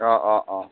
অঁ অঁ অঁ